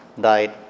died